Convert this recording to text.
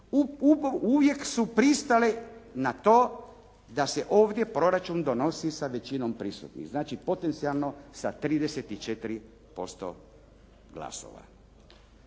uvijek su pristale na to da se ovdje proračun donosi sa većinom prisutnih? Znači potencijalno sa 34% glasova?